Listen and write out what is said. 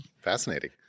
fascinating